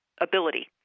ability